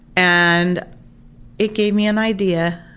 and it gave me an idea.